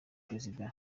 perezida